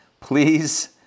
Please